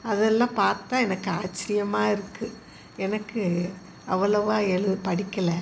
அதெல்லாம் பார்த்தா எனக்கு ஆச்சரியமா இருக்குது எனக்கு அவ்வளவாக எலு படிக்கலை